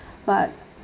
but